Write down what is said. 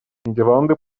нидерланды